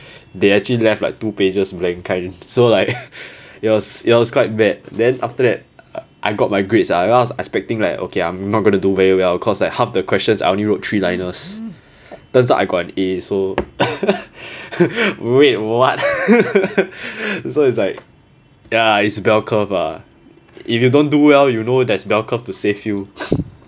they actually left like two pages blank kind so like it was it was quite bad then after that I got my grades ah I was expecting like okay I'm not going to do very well cause like half the questions I only wrote three liners turns out i got an A so wait what so it's like ya it's bell curve ah if you don't do well you know there's bell curve to save you